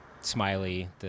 Smiley